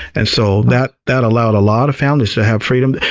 and so that that allowed a lot of families to have freedom.